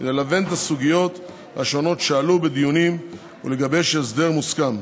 כדי ללבן את הסוגיות השונות שעלו בדיונים ולגבש הסדר מוסכם.